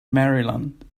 maryland